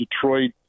Detroit